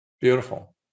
Beautiful